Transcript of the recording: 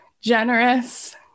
generous